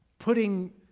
putting